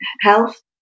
health